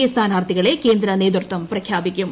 A സ്ഥാനാർത്ഥികളെ കേന്ദ്ര നേതൃത്വം പ്രഖ്യാപിക്കും